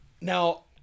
Now